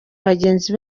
bagenzi